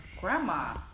grandma